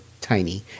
tiny